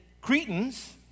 Cretans